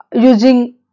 using